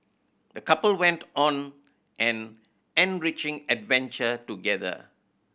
the couple went on an enriching adventure together